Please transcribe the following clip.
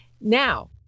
Now